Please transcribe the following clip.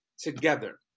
together